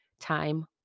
time